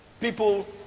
people